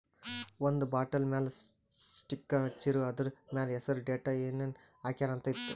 ಒಂದ್ ಬಾಟಲ್ ಮ್ಯಾಲ ಸ್ಟಿಕ್ಕರ್ ಹಚ್ಚಿರು, ಅದುರ್ ಮ್ಯಾಲ ಹೆಸರ್, ಡೇಟ್, ಏನೇನ್ ಹಾಕ್ಯಾರ ಅಂತ್ ಇತ್ತು